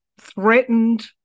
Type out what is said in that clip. threatened